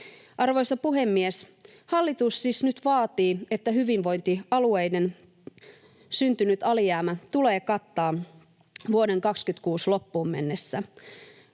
Arvoisa puhemies! Hallitus siis nyt vaatii, että hyvinvointialueiden syntynyt alijäämä tulee kattaa vuoden 26 loppuun mennessä.